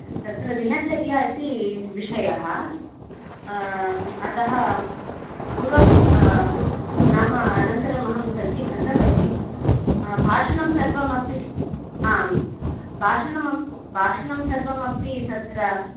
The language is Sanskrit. तत्र दिनचर्या इति विषयः अतः पूर्वं नाम अनन्तरमहं सज्जीकृतवती भाषणं सर्वमपि आम् भाषणम् भाषणं सर्वमपि तत्र